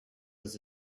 does